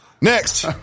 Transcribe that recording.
Next